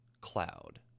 Cloud